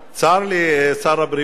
צר לי, שר הבריאות,